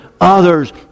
others